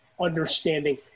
understanding